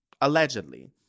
Allegedly